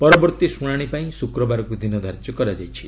ପରବର୍ତ୍ତୀ ଶୁଣାଣି ପାଇଁ ଶୁକ୍ରବାରକୁ ଦିନ ଧାର୍ଯ୍ୟ କରାଯାଇଛି